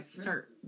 start